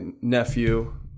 nephew